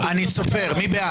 מי נגד?